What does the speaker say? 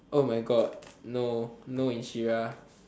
oh my god no no